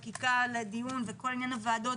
את החקיקה ואת כל עניין הוועדות,